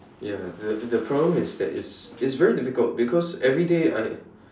ya the the problem is that it's it's very difficult because everyday I